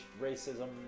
racism